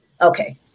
Okay